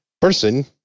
person